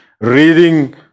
reading